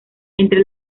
entre